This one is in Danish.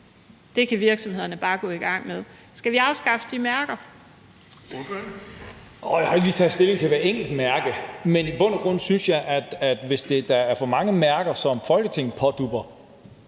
det kan virksomhederne gå i gang med. Skal vi afskaffe de mærker?